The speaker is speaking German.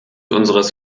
unseres